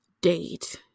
date